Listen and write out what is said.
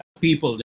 people